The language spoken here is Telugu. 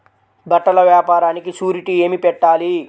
బట్టల వ్యాపారానికి షూరిటీ ఏమి పెట్టాలి?